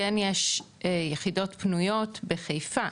כן יש יחידות פנויות בחיפה,